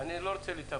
אני לא רוצה להתאפק.